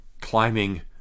climbing